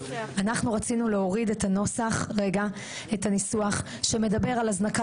אנחנו רצינו להוריד את הניסוח שמדבר על הזנקה